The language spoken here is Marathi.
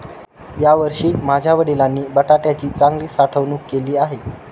यावर्षी माझ्या वडिलांनी बटाट्याची चांगली साठवणूक केली आहे